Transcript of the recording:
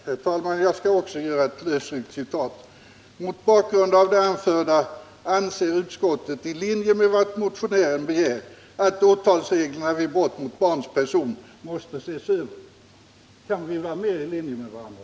Herr talman! Jag skall också ta ett lösryckt citat: ”Mot bakgrund av det anförda anser utskottet i linje med vad motionären begär att åtalsreglerna vid brott mot barns person måste ses över.” Kan vi vara mer än eniga med varandra?